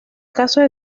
casos